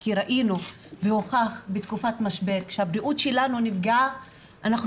כי ראינו והוכח בתקופת המשבר שכאשר הבריאות שלנו נפגעת אנחנו